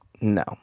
No